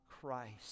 Christ